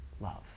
love